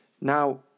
Now